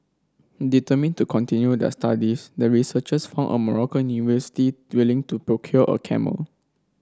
determined to continue their studies the researchers found a Moroccan university to procure a camel